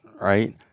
right